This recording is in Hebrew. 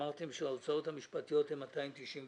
אמרתם שההוצאות המשפטיות הן 291,000?